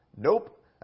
Nope